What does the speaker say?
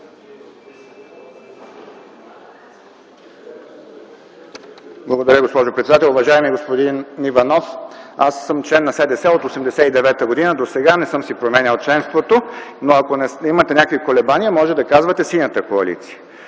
Благодаря, госпожо председател. Уважаеми господин Иванов, аз съм член на СДС от 1989 г. и досега не съм си променял членството. Но, ако имате някакви колебания, може да казвате Синята коалиция,